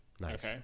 Nice